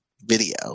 video